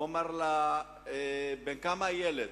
הוא אמר לה: בן כמה הילד?